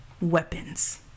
weapons